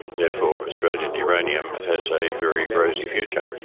therefore australian uranium has a very rosy future.